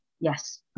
yes